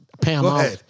Pam